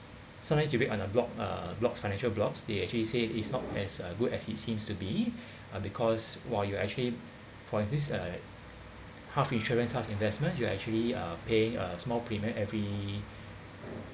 sometimes you read on a blog uh blogs financial blogs they actually say it is not as uh good as it seems to be uh because while you actually for this uh half insurance half investments you actually are paying a small premium every